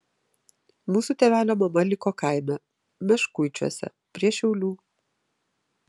mūsų tėvelio mama liko kaime meškuičiuose prie šiaulių